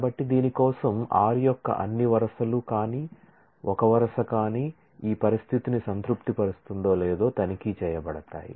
కాబట్టి దీని కోసం r యొక్క అన్ని వరుసలు కానీ ఒక వరుస కానీ ఈ పరిస్థితిని సంతృప్తిపరుస్తుందో లేదో తనిఖీ చేయబడతాయి